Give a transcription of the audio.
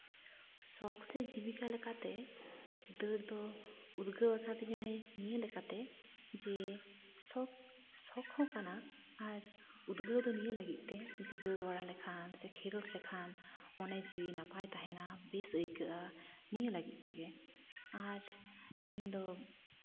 ᱥᱚᱠ ᱥᱮ ᱡᱤᱵᱤᱠᱟ ᱞᱮᱠᱟᱛᱮ ᱫᱟᱹᱲ ᱫᱚ ᱩᱫᱽᱜᱟᱹᱣ ᱠᱟᱹᱫᱤᱧᱟᱭ ᱱᱤᱭᱟᱹ ᱞᱮᱠᱟᱛᱮ ᱡᱮ ᱥᱚᱠ ᱥᱚᱠ ᱦᱚᱸ ᱠᱟᱱᱟ ᱟᱨ ᱩᱫᱽᱜᱟᱹᱣ ᱫᱚ ᱱᱤᱭᱟᱹ ᱞᱟᱹᱜᱤᱫ ᱛᱮ ᱡᱮ ᱫᱟᱹᱲ ᱵᱟᱲᱟ ᱞᱮᱠᱷᱟᱱ ᱥᱮ ᱠᱷᱮᱞᱳᱰ ᱞᱮᱠᱷᱟᱱ ᱢᱚᱱᱮ ᱡᱤᱣᱤ ᱱᱟᱯᱟᱭ ᱛᱟᱦᱮᱱᱟ ᱵᱮᱥ ᱟᱹᱭᱠᱟᱹᱜᱼᱟ ᱱᱤᱭᱟᱹ ᱞᱟᱹᱜᱤᱫ ᱛᱮᱜᱮ ᱟᱨ ᱤᱧ ᱫᱚ